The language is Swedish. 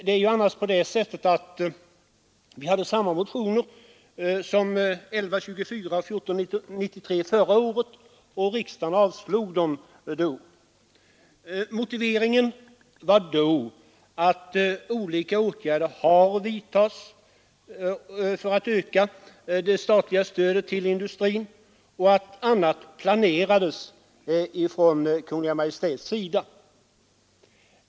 Det är ju annars så att vi hade samma motioner som 1124 och 1493 förra året, och riksdagen avslog dem då. Motiveringen var den gången att olika åtgärder hade vidtagits för att öka det statliga stödet till industrin och att annat planerades från Kungl. Maj:ts sida.